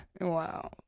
Wow